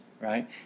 right